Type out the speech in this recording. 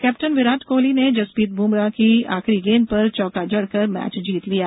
कप्तान विराट कोहली ने जसप्रीत बुमरा की आखिरी गेंद पर चौका जड़ कर मैच जीत लिया